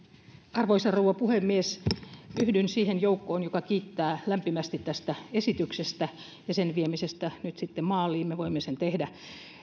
arvoisa rouva puhemies yhdyn siihen joukkoon joka kiittää lämpimästi tästä esityksestä ja sen viemisestä nyt sitten maaliin me voimme sen tehdä